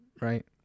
Right